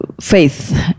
faith